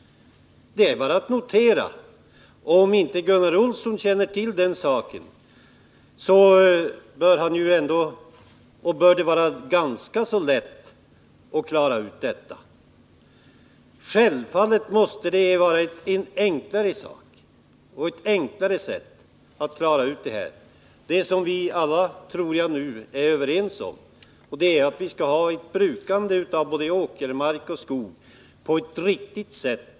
Det är bara att notera. Om inte Gunnar Olsson känner till den saken, bör det vara ganska lätt att klara ut detta. Självfallet måste det finnas enklare sätt att få till stånd det som jag tror att alla nu är överens om att vi behöver — ett brukande av både åkermark och skog på ett riktigt sätt.